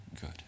good